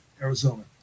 Arizona